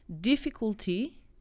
difficulty